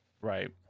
right